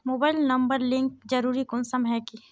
Mobile number link जरुरी कुंसम है की?